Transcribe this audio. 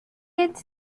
its